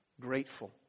Grateful